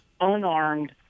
unarmed